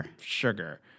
sugar